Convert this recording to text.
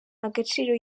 agaciro